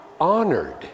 honored